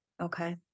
Okay